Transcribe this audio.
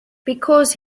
because